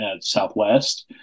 Southwest